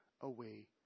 away